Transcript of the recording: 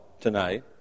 tonight